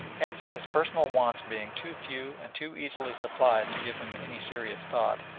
hence his personal wants being too few and too easily supplied to give him any serious thought,